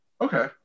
Okay